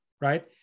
right